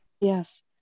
Yes